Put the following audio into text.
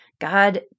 God